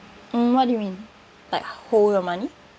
um what do you mean like hold your money